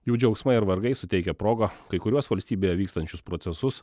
jų džiaugsmai ar vargai suteikia progą kai kuriuos valstybėje vykstančius procesus